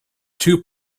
two